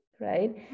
right